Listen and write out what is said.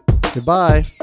goodbye